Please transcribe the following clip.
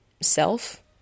self